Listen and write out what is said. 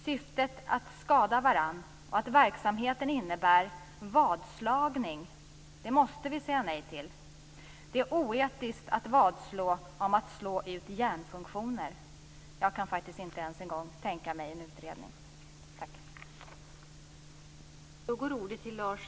Syftet att skada varandra och att verksamheten innebär vadslagning måste vi säga nej till. Det är oetiskt att vadslå om att slå ut hjärnfunktioner. Jag kan faktiskt inte ens en gång tänka mig en utredning. Tack!